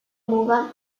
muga